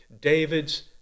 David's